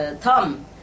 Tom